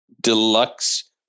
deluxe